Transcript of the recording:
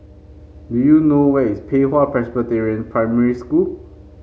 do you know where is Pei Hwa Presbyterian Primary School